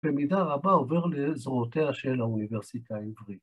‫במידה רבה עובר לזרועותיה ‫של האוניברסיטה העברית.